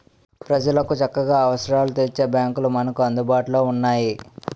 ప్రజలకు చక్కగా అవసరాలను తీర్చే బాంకులు మనకు అందుబాటులో ఉన్నాయి